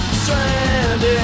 stranded